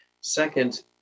Second